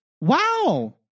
wow